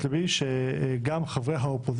למיזוג הצעות החוק הבאות: הצעת חוק שירות ביטחון (הוראת